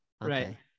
Right